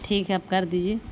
ٹھیک ہے آپ کر دیجیے